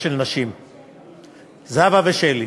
סלומינסקי.